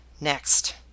next